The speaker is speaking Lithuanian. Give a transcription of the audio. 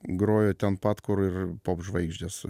grojo ten pat kur ir ir popžvaigždės